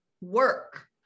work